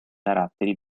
caratteri